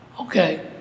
Okay